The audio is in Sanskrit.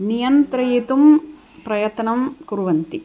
नियन्त्रयितुं प्रयत्नं कुर्वन्ति